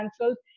cancelled